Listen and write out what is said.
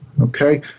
Okay